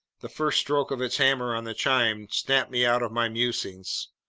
the first stroke of its hammer on the chime snapped me out of my musings.